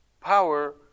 Power